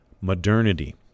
modernity